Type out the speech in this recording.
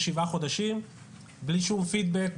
שבעה חודשים בלי שום פידבק,